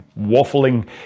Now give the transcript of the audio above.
waffling